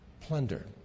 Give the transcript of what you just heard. plunder